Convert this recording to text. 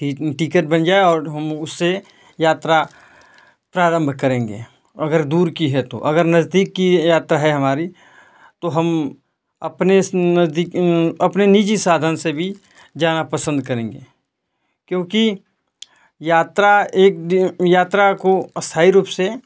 ठीक टिकेट बन जाए और हम उससे यात्रा प्रारंभ करेंगे और अगर दूर की है तो अगर नज़दीक की यात्रा है हमारी तो हम अपने से नज़दीक अपने निजी साधन से भी जाना पसंद करेंगे क्योंकि यात्रा एक द यात्रा को स्थाई रूप से